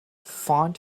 font